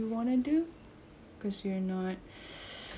um you don't have any commitment to something